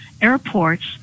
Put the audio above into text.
airports